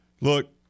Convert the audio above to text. look